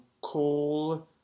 coal